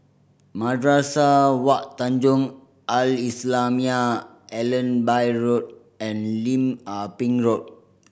Madrasah Wak Tanjong Al Islamiah Allenby Road and Lim Ah Pin Road